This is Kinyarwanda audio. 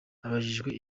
abajijwe